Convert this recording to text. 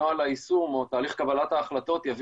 נוהל היישום או תהליך קבלת ההחלטות יביא